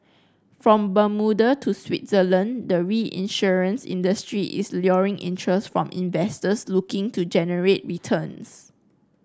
from Bermuda to Switzerland the reinsurance industry is luring interest from investors looking to generate returns